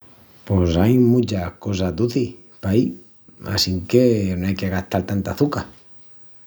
Pos ain muchas cosas ducis paí assinque no ai que gastal tanta açuca.